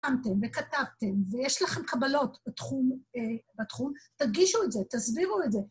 שמתם וכתבתם ויש לכם קבלות בתחום, תרגישו את זה, תסבירו את זה.